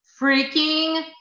freaking